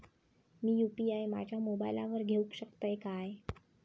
मी UPI माझ्या मोबाईलावर घेवक शकतय काय?